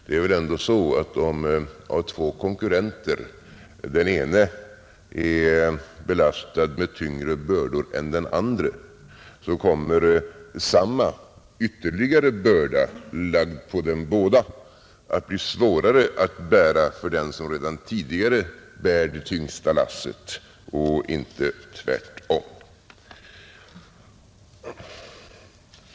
Det är väl ändå så att om av två konkurrenter den ene är belastad med tyngre bördor än den andre kommer samma ytterligare börda, lagd på dem båda, att bli svårare att bära för den som redan tidigare bär det tyngsta lasset och inte tvärtom.